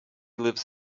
lives